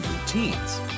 routines